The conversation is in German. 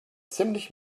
ziemlich